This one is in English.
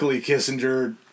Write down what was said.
Kissinger